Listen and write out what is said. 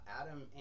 Adam